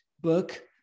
book